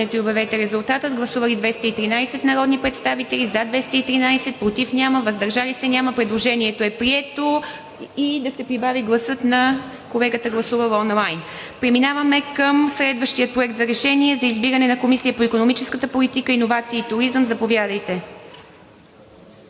връзка): Гласувам за. ПРЕДСЕДАТЕЛ ИВА МИТЕВА: Гласували 213 народни представители: за 213, против и въздържали се няма. Предложението е прието. Да се прибави гласът на колегата, гласувал онлайн. Преминаваме към следващия Проект на решение за избиране на Комисия по икономическа политика, иновации и туризъм. Заповядайте.